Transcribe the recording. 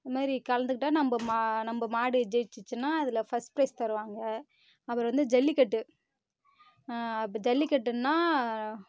இந்தமாதிரி கலந்துக்கிட்டால் நம்ப மா நம்ப மாடு ஜெயிச்சுச்சுன்னா அதில் ஃபஸ்ட் பிரைஸ் தருவாங்க அப்புறம் வந்து ஜல்லிக்கட்டு இப்போ ஜல்லிக்கட்டுனால்